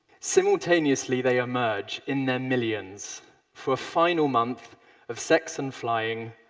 simultaneously they emerge in their millions for a final month of sex and flying,